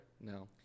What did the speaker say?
No